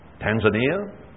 Tanzania